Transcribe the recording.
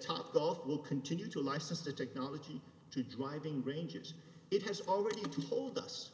top off will continue to license the technology to driving ranges it has already told us